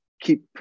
keep